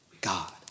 God